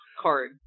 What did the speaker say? card